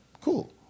cool